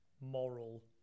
moral